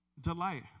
Delight